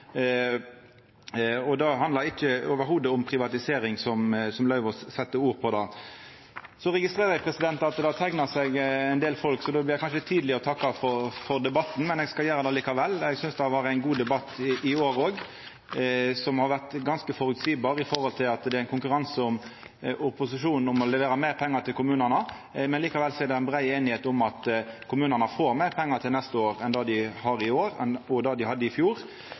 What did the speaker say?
Det handlar i det heile ikkje om privatisering, som Lauvås sette ord på det. Så registrerer eg at det har teikna seg ein del folk, så det er kanskje tidleg å takka for debatten, men eg skal gjera det likevel. Eg synest det har vore ein god debatt i år òg, som har vore ganske føreseieleg med tanke på at det for opposisjonen er ein konkurranse om å levere meir pengar til kommunane. Likevel er det brei einigheit om at kommunane får meir pengar til neste år enn det dei har i år, og det dei hadde i fjor.